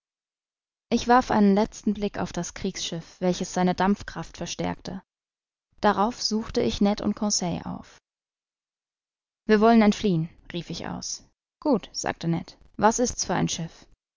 ich warf einen letzten blick auf das kriegsschiff welches seine dampfkraft verstärkte darauf suchte ich ned und conseil auf wir wollen entfliehen rief ich aus gut sagte ned was ist's für ein schiff